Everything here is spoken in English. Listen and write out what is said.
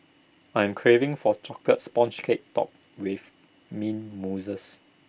I am craving for A Chocolate Sponge Cake Topped with Mint Mousse